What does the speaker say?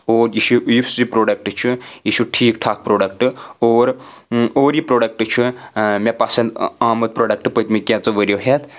اور یہِ چھُ یُس یہِ پرٛوڈکٹ چھُ یہِ چھُ ٹھیٖک ٹھاکھ پرٛوڈکٹ اور اور یہِ پرٛوڈکٹ چھُ مےٚ پسنٛد آمُت پرٛوڈکٹ پٔتمہِ کینٛژٕ ؤریو ہؠتھ